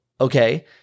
okay